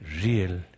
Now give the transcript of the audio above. real